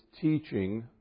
teaching